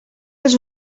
els